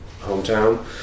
hometown